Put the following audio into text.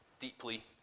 Deeply